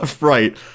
right